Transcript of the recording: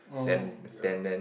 then then then